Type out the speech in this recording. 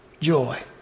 joy